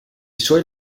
suoi